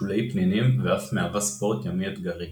שולי פנינים ואף מהווה ספורט ימי אתגרי.